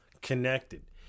connected